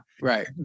right